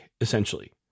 essentially